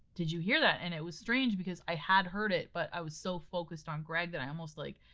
did you hear that? and it was strange because i had heard it, but i was so focused on greg that i almost, like,